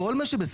כל מה שבסמכותה,